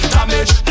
Damage